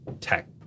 tech